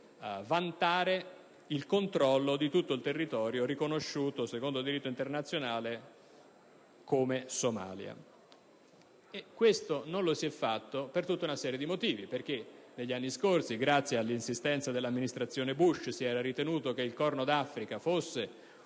vantare il controllo di tutto il territorio riconosciuto secondo il diritto internazionale come Somalia. Questo non è stato fatto per tutta una serie di motivi. Innanzitutto, negli anni scorsi, grazie all'insistenza dell'amministrazione Bush, si è ritenuto che il Corno d'Africa fosse una delle